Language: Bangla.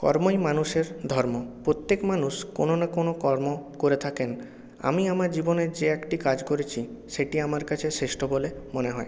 কর্মই মানুষের ধর্ম প্রত্যেক মানুষ কোনো না কোনো কর্ম করে থাকেন আমি আমার জীবনে যে একটি কাজ করেছি সেটি আমার কাছে শ্রেষ্ঠ বলে মনে হয়